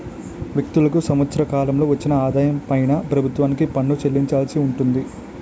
వ్యక్తులకు సంవత్సర కాలంలో వచ్చిన ఆదాయం పైన ప్రభుత్వానికి పన్ను చెల్లించాల్సి ఉంటుంది